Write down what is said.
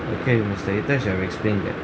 okay you must say that's your explain that